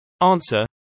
Answer